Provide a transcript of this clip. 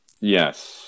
Yes